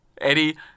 Eddie